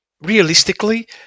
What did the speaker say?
realistically